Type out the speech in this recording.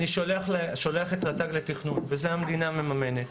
שולח את רט"ג לתכנון, ואת זה המדינה מממנת.